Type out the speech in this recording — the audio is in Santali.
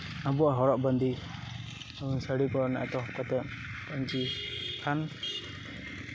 ᱟᱵᱚᱣᱟᱜ ᱦᱚᱨᱚᱜ ᱵᱟᱸᱫᱮ ᱥᱟᱹᱲᱤ ᱠᱚᱨᱮᱱᱟᱜ ᱮᱛᱚᱦᱚᱵ ᱠᱟᱛᱮᱫ ᱯᱟᱧᱪᱤ ᱯᱷᱟᱱ